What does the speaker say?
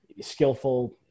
skillful